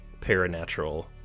paranatural